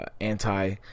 anti